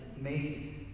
made